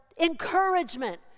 encouragement